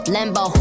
Lambo